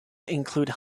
include